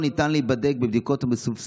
1. מדוע לא ניתן להיבדק בבדיקות המסובסדות